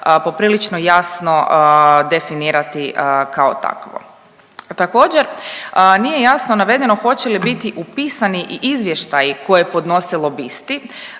poprilično jasno definirati kao takvo. Također, nije jasno navedeno hoće li biti pisani izvještaji koje podnose lobisti